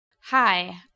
Hi